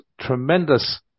tremendous